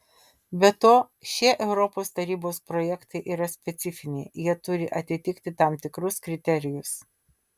be to šie europos tarybos projektai yra specifiniai jie turi atitikti tam tikrus kriterijus